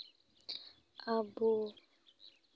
ᱟᱵᱚ